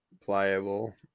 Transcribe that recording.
pliable